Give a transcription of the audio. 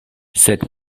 sed